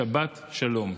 שבת שלום.